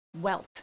wealth